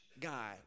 guy